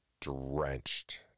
drenched